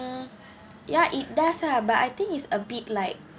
mm ya it does lah but I think is a bit like